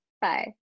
bye